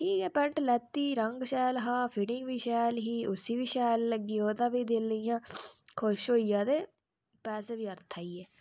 ठीक ऐ पैंट लैती रंग शैल हा फिटिंग बी शैल ही उसी भी शैल लगी ओह्दा बी दिल इ'यां खुश होई गेआ ते पैसे बी अर्थ आई गे